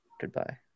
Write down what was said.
goodbye